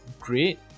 great